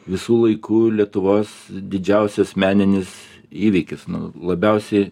visų laikų lietuvos didžiausias meninis įvykis labiausiai